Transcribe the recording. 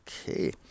Okay